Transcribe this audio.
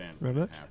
Remember